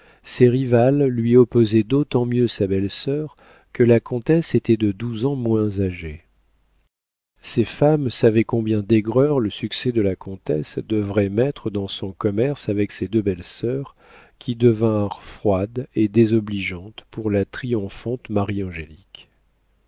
ses rivales lui opposaient d'autant mieux sa belle-sœur que la comtesse était de douze ans moins âgée ces femmes savaient combien d'aigreur le succès de la comtesse devrait mettre dans son commerce avec ses deux belles sœurs qui devinrent froides et désobligeantes pour la triomphante